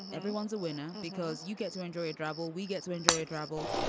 everyone's a winner because you get to enjoy drabble. we get to enjoy drabble.